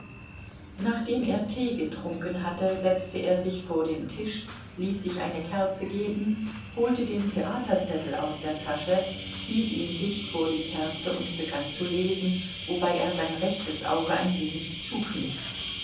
nachdem er tee getrunken hatte setzte er sich vor den tisch ließ sich eine kerze geben holte den theaterzettel aus der tasche hielt ihn dicht vor die kerze und begann zu lesen wobei er sein rechtes auge ein wenig zukniff